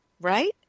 right